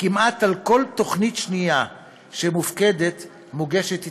כמעט לכל תוכנית שנייה שמופקדת, מוגשת התנגדות.